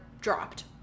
dropped